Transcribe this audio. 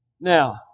Now